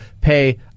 pay